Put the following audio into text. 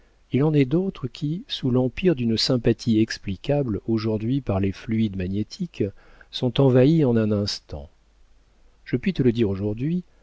il en est d'autres qui sous l'empire d'une sympathie explicable aujourd'hui par les fluides magnétiques sont envahies en un instant je puis te le dire aujourd'hui